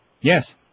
Yes